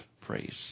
praise